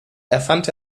erfand